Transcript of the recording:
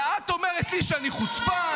ואת אומרת לי שאני חוצפן,